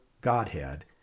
Godhead